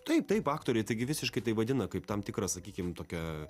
taip taip aktoriai taigi visiškai tai vadina kaip tam tikrą sakykim tokią